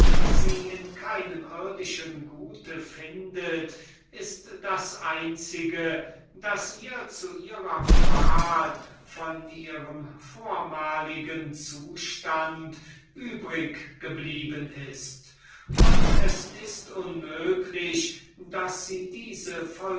die sie in keinem irdischen gut findet ist das einzige das ihr zu ihrer qual von ihrem vormaligen zustand übrig geblieben ist und es ist unmöglich daß sie diese